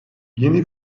yeni